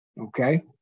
okay